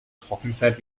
trockenzeit